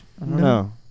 No